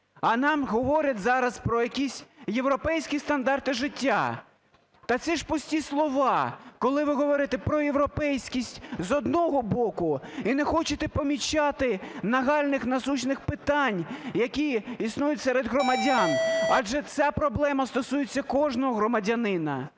а нам говорять зараз про якісь європейські стандарти життя. Та це ж пусті слова, коли ви говорите про європейськість, з одного боку, і не хочете помічати нагальних, насущних питань, які існують серед громадян. Адже ця проблема стосується кожного громадянина.